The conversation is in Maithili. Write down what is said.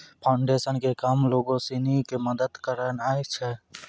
फोउंडेशन के काम लोगो सिनी के मदत करनाय छै